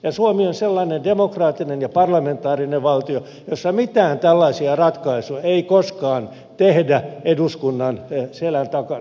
ja suomi on sellainen demokraattinen ja parlamentaarinen valtio jossa mitään tällaisia ratkaisuja ei koskaan tehdä eduskunnan selän takana